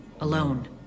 Alone